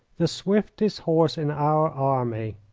the swiftest horse in our army.